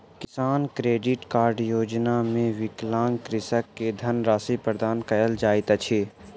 किसान credit card योजना मे विकलांग कृषक के धनराशि प्रदान कयल जाइत अछि